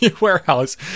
warehouse